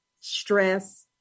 stress